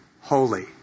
holy